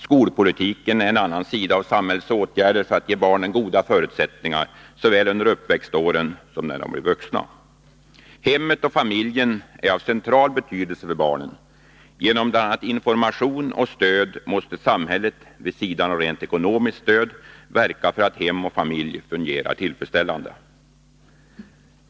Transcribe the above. Skolpolitiken är en annan sida av samhällets åtgärder för att ge barnen goda förutsättningar såväl under uppväxtåren som när de blir vuxna. Hemmet och familjen är av central betydelse för barnen. Genom bl.a. information och stöd måste samhället vid sidan av rent ekonomiskt stöd verka för att hem och familj fungerar tillfredsställande.